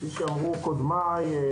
כפי שאמרו קודמיי,